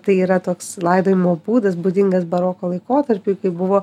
tai yra toks laidojimo būdas būdingas baroko laikotarpiui kai buvo